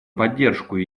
поддержку